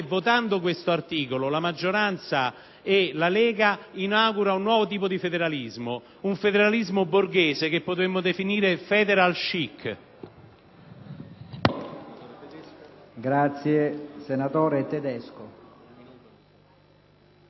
votando questo articolo la maggioranza e la Lega inaugurano un nuovo tipo di federalismo, un federalismo borghese che potremmo definire *federal chic.*